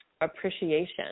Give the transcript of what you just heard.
appreciation